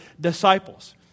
disciples